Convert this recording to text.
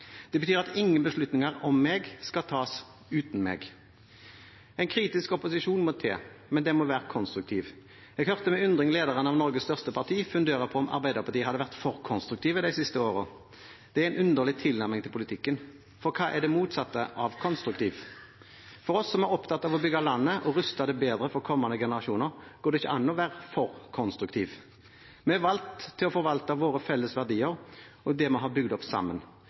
Det betyr at ingen beslutninger om meg skal tas uten meg. En kritisk opposisjon må til, men den må være konstruktiv. Jeg hørte med undring lederen av Norges største parti fundere på om Arbeiderpartiet hadde vært for konstruktive de siste årene. Det er en underlig tilnærming til politikken. For hva er det motsatte av konstruktiv? For oss som er opptatt av å bygge landet og ruste det bedre for kommende generasjoner, går det ikke an å være «for konstruktive». Vi er valgt til å forvalte våre felles verdier og det vi har bygd opp sammen.